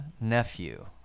nephew